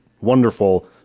wonderful